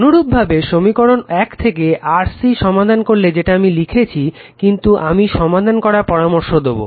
অনুরূপভাবে সমীকরণ 1 থেকে RC সমাধান করলে যেটা আমি লিখেছি কিন্তু আমি সমাধান করার পরামর্শ দেবো